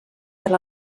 per